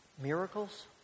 miracles